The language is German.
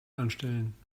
anstellen